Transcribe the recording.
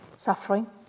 suffering